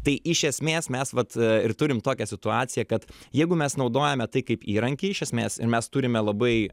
tai iš esmės mes vat ir turim tokią situaciją kad jeigu mes naudojame tai kaip įrankį iš esmės ir mes turime labai